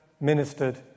ministered